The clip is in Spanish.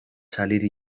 salir